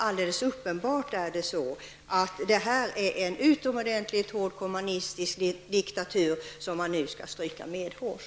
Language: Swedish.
Alldeles uppenbart är det så att detta är en utomordentligt hård kommunistisk diktatur, som man nu skall stryka medhårs.